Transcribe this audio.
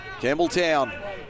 Campbelltown